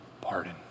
pardon